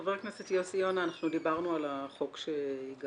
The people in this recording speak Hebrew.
חבר הכנסת יוסי יונה, אנחנו דיברנו על החוק שהגשת.